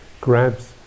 grabs